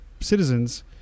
citizens